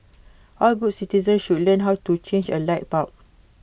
all good citizens should learn how to change A light bulb